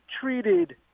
treated